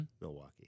Milwaukee